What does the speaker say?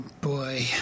boy